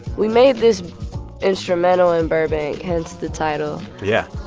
we made this instrumental in burbank, hence the title yeah